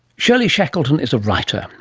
shirley shackleton is a writer.